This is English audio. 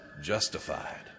justified